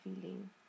feeling